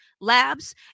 labs